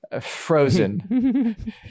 frozen